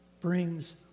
brings